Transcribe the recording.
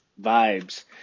Vibes